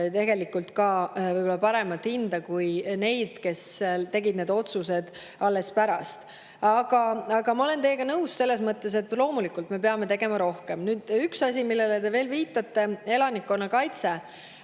sellele võib-olla parema hinna kui need, kes tegid need otsused alles pärast. Aga ma olen teiega nõus selles mõttes, et loomulikult me peame tegema rohkem. Üks asi oli veel, millele te viitasite: elanikkonnakaitse.